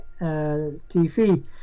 TV